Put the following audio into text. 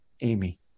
Amy